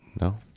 no